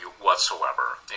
whatsoever